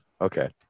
Okay